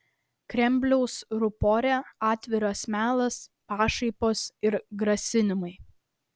kremliaus rupore atviras melas pašaipos ir grasinimai